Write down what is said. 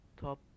top